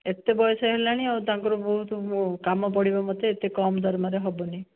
ଏତେ ବୟସ ହେଲାଣି ଆଉ ତାଙ୍କର ବହୁତ କାମ ପଡ଼ିବ ମୋତେ ଏତେ କମ୍ ଦରମାରେ ହେବନି